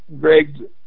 Greg